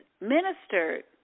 ministered